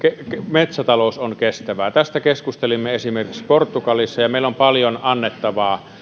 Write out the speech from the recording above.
metsätalous on kestävää tästä keskustelimme esimerkiksi portugalissa meillä on paljon annettavaa